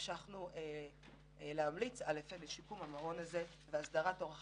המשכנו להמליץ על שיקום המעון הזה והסדרת אורך